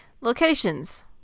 Locations